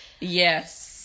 yes